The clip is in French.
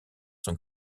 son